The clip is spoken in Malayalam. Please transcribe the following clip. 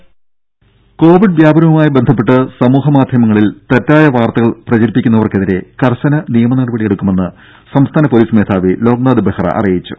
ദേദ കോവിഡ് വ്യാപനവുമായി ബന്ധപ്പെട്ട് സമൂഹ മാധ്യമങ്ങളിൽ തെറ്റായ വാർത്തകൾ പ്രചരിപ്പിക്കുന്നവർക്കെതിരെ കർശന നിയമ നടപടിയെടുക്കുമെന്ന് സംസ്ഥാന പൊലീസ് മേധാവി ലോക്നാഥ് ബെഹ്റ അറിയിച്ചു